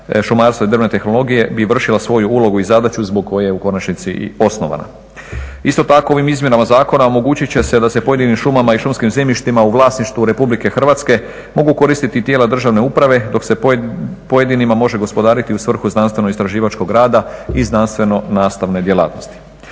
inženjera i drvne tehnologije bi vršila svoju ulogu i zadaću zbog koje je u konačnici i osnovana. Isto tako ovim izmjenama zakona omogućit će se da se pojedinim šumama i šumskim zemljištima u vlasništvu RH mogu koristiti tijela državne uprave, dok se pojedinima može gospodariti u svrhu znanstvenoistraživačkog rada i znanstveno nastavne djelatnosti.